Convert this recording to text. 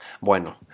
Bueno